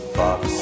box